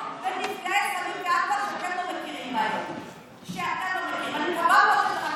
ואני מאוד מקווה שהכנסת הזאת,